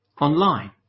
online